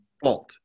fault